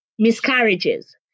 miscarriages